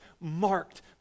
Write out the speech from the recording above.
marked